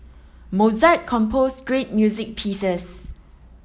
Mozart composed great music pieces